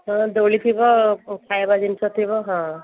ହଁ ଦୋଳି ଥିବ ଖାଇବା ଜିନିଷ ଥିବ ହଁ